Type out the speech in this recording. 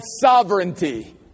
sovereignty